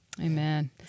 amen